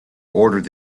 ordered